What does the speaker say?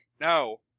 No